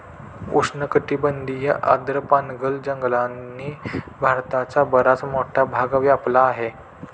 उष्णकटिबंधीय आर्द्र पानगळ जंगलांनी भारताचा बराच मोठा भाग व्यापला आहे